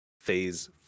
phase